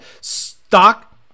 Stock